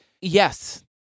yes